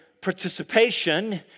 participation